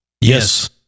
Yes